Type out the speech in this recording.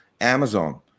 Amazon